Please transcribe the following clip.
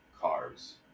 cars